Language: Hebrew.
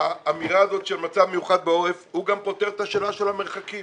האמירה הזאת של מצב מיוחד בעורף גם פותרת את השאלה של המרחקים